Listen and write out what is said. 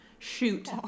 shoot